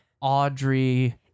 Audrey